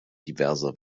diverser